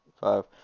five